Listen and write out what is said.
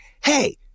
Hey